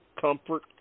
comfort